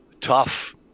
tough